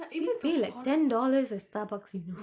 it's like ten dollars at starbucks you know